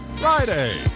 Friday